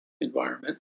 environment